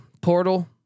portal